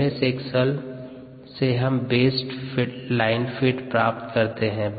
M S Excel से हम best line fit प्राप्त कर सकते है